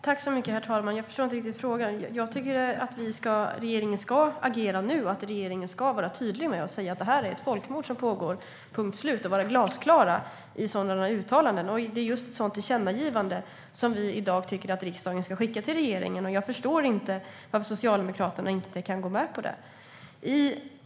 Herr talman! Jag förstår inte riktigt frågan. Jag tycker att regeringen ska agera nu. Regeringen ska vara tydlig och säga att det är ett folkmord som pågår, punkt slut, och vara glasklar i sådana uttalanden. Det är ett sådant tillkännagivande som vi i dag tycker att riksdagen ska skicka till regeringen. Jag förstår inte varför inte Socialdemokraterna kan gå med på det.